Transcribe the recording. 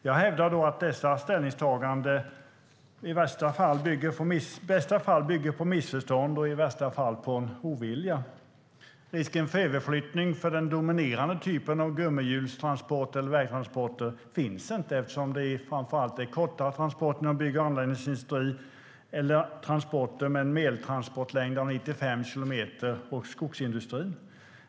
Jag hävdar att detta ställningstagande i bästa fall bygger på missförstånd och i värsta fall bygger på ovilja. Risken för överflyttning för den dominerande typen av gummihjulstransporter eller vägtransporter finns inte, eftersom det framför allt handlar om kortare transporter för bygg och anläggningsindustrin och transporter med en medeltransportlängd av 95 kilometer för skogsindustrin.